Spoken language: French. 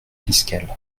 fiscale